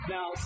Now